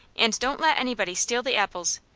and don't let anybody steal the apples.